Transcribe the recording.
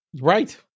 Right